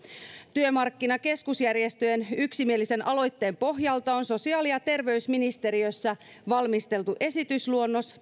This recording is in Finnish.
työmarkkinakeskusjärjestöjen yksimielisen aloitteen pohjalta on sosiaali ja terveysministeriössä valmisteltu esitysluonnos